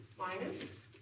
minus